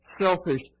selfish